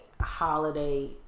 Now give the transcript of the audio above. holiday